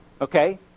Okay